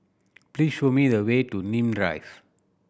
please show me the way to Nim Drive